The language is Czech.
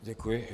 Děkuji.